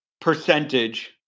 percentage